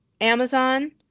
Amazon